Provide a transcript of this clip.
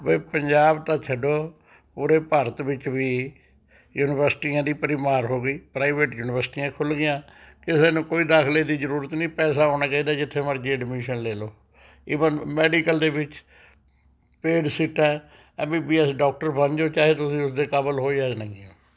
ਓਏ ਪੰਜਾਬ ਤਾਂ ਛੱਡੋ ਪੂਰੇ ਭਾਰਤ ਵਿੱਚ ਵੀ ਯੂਨੀਵਰਸਿਟੀਆਂ ਦੀ ਭਰਮਾਰ ਹੋ ਗਈ ਪ੍ਰਾਈਵੇਟ ਯੂਨੀਵਰਸਿਟੀਆਂ ਖੁੱਲ੍ਹ ਗਈਆਂ ਕਿਸੇ ਨੂੰ ਕੋਈ ਦਾਖਲੇ ਦੀ ਜ਼ਰੂਰਤ ਨਹੀਂ ਪੈਸਾ ਹੋਣਾ ਚਾਹੀਦਾ ਜਿੱਥੇ ਮਰਜ਼ੀ ਐਡਮੀਸ਼ਨ ਲੈ ਲਉ ਈਵਨ ਮੈਡੀਕਲ ਦੇ ਵਿੱਚ ਪੇਡ ਸੀਟਾਂ ਹੈ M B B S doctor ਬਣ ਜਾਉ ਚਾਹੇ ਤੁਸੀਂ ਉਸ ਦੇ ਕਾਬਿਲ ਹੋਏ ਜਾਂ ਨਹੀਂ